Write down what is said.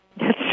Yes